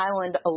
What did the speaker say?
Island